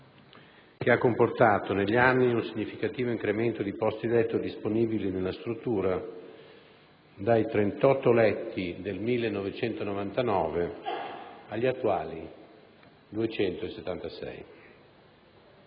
che ha comportato negli anni un significativo incremento di posti letto disponibili nella struttura (dai 38 del 1999 agli attuali 276).